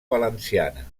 valenciana